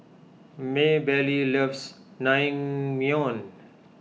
Maebelle loves Naengmyeon